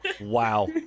Wow